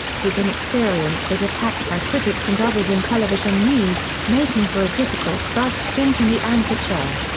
his inexperience was attacked by critics and others in television news, making for a difficult first stint in the anchor chair.